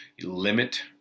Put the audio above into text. limit